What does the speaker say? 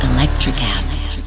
Electricast